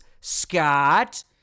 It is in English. Scott